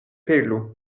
pelu